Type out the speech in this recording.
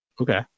okay